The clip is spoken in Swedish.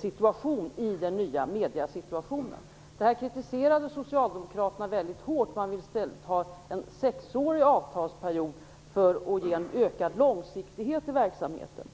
situation i den nya mediesituationen. Detta kritiserade Socialdemokraterna väldigt hårt. Man ville i stället ha en sexårig avtalsperiod för att ge en ökad långsiktighet till verksamheten.